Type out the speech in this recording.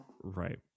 Right